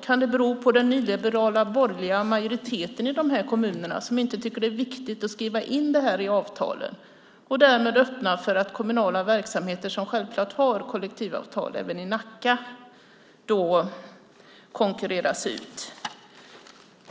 Kan det bero på nyliberala borgerliga majoriteter i de här kommunerna som inte tycker att det är viktigt att skriva in detta i avtalen och därmed öppnar för att kommunala verksamheter som självklart har kollektivavtal, även i Nacka, då konkurreras ut?